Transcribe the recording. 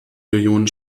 millionen